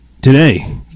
today